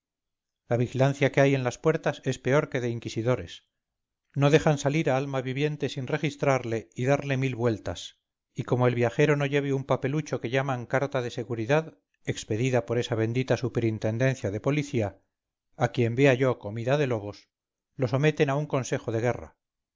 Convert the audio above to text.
la vigilancia que hay en las puertas es peor que de inquisidores no dejan salir a alma viviente sin registrarle y darle mil vueltas y como el viajero no lleve un papelucho que llaman carta de seguridad expedida por esa bendita superintendencia de policía a quien vea yo comida de lobos lo someten a un consejo de guerra